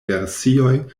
versioj